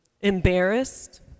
Embarrassed